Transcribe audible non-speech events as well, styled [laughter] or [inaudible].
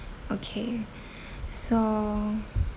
okay [breath] so